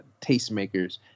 tastemakers